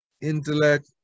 intellect